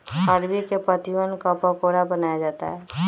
अरबी के पत्तिवन क पकोड़ा बनाया जाता है